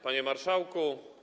Panie Marszałku!